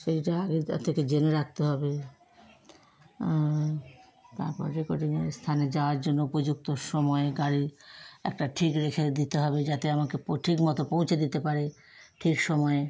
সেইটা আগে তার থেকে জেনে রাখতে হবে আর তারপর রেকর্ডিংয়ের স্থানে যাওয়ার জন্য উপযুক্ত সময় গাড়ি একটা ঠিক রেখে দিতে হবে যাতে আমাকে ঠিক মতো পৌঁছে দিতে পারে ঠিক সময়ে